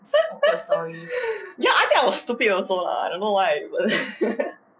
ya I think I was stupid also lah I also don't know why but then